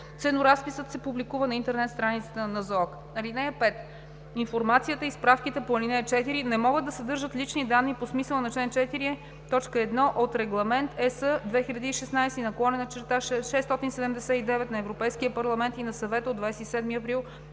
Ценоразписът се публикува на интернет страницата на НЗОК.